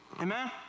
Amen